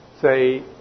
say